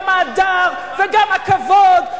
גם ההדר וגם הכבוד,